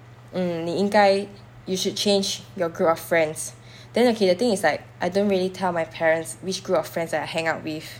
mm 你应该 you should change your group of friends then okay the thing is like I don't really tell my parents which group of friends I hang out with